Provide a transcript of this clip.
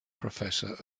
professor